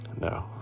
No